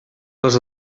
les